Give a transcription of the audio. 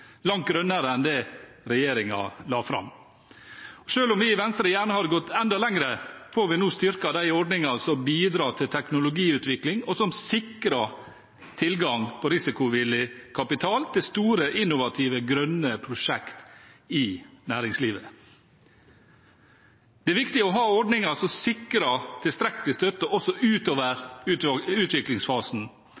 langt grønnere enn det regjeringen la fram. Selv om vi i Venstre gjerne hadde gått enda lenger, får vi nå styrket de ordningene som bidrar til teknologiutvikling, og som sikrer tilgang på risikovillig kapital til store, innovative og grønne prosjekter i næringslivet. Det er viktig å ha ordninger som sikrer tilstrekkelig støtte også utover utviklingsfasen.